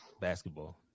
Basketball